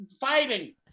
fighting